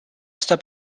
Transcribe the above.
step